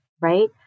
right